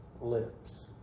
lips